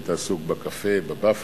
היית עסוק בקפה, בוופלה.